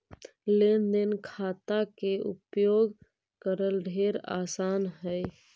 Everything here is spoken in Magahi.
लेन देन खाता के उपयोग करल ढेर आसान हई